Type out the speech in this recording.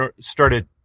started